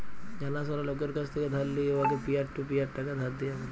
জালাশলা লকের কাছ থ্যাকে ধার লিঁয়ে উয়াকে পিয়ার টু পিয়ার টাকা ধার দিয়া ব্যলে